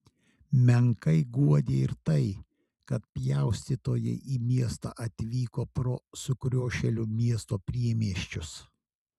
menkai guodė ir tai kad pjaustytojai į miestą atvyko pro sukriošėlių miesto priemiesčius